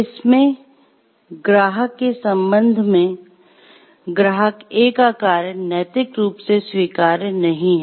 इसमें ग्राहक के संबंध में ग्राहक A का कार्य नैतिक रूप से स्वीकार्य नहीं है